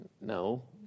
No